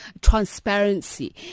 transparency